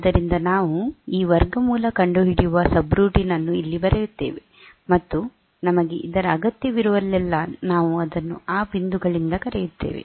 ಆದ್ದರಿಂದ ನಾವು ಈ ವರ್ಗಮೂಲ ಕಂಡುಹಿಡಿಯುವ ಸಬ್ರುಟೀನ್ ಅನ್ನು ಇಲ್ಲಿ ಬರೆಯುತ್ತೇವೆ ಮತ್ತು ನಮಗೆ ಇದರ ಅಗತ್ಯವಿರುವಲ್ಲೆಲ್ಲಾ ನಾವು ಅದನ್ನು ಆ ಬಿಂದುಗಳಿಂದ ಕರೆಯುತ್ತೇವೆ